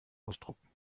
ausdrucken